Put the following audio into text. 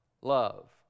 love